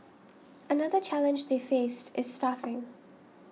another challenge they faced is staffing